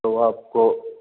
تو آپ کو